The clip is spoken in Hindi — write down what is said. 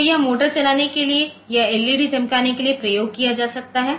तो यह मोटर चलाने के लिए या एलईडी चमकाने के लिए प्रयोग किया जा सकता है